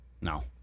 No